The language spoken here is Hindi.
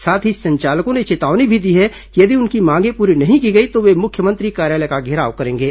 साथ ही संचालकों ने चेतावनी भी दी है कि यदि उनकी मांगें पूरी नहीं की गई तो वे मुख्यमंत्री कार्यालय का घेराव करेंगे